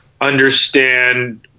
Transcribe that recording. understand